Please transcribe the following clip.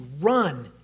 run